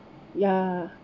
ya